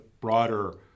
broader